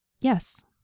Yes